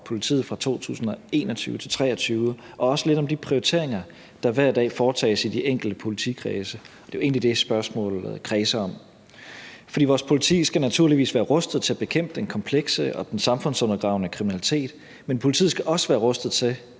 politiet for 2021-2023, og også lidt om de prioriteringer, der hver dag foretages i de enkelte politikredse. Det er jo egentlig det, spørgsmålet kredser om. Vores politi skal naturligvis være rustet til at bekæmpe den komplekse og den samfundsundergravende kriminalitet, men politiet skal også være rustet til